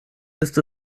ist